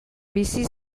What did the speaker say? bizi